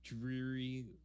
dreary